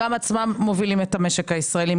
העצמאים עצמם מובילים את המשק הישראלי,